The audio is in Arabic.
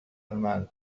المال